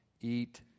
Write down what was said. eat